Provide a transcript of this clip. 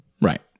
Right